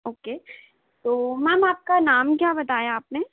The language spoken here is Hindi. ओके तो मैम आपका नाम क्या बताया आपने